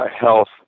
health